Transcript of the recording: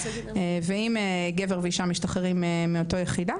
ואם גבר ואישה משתחררים מאותה היחידה